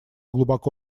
глубоко